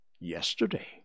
Yesterday